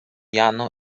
jano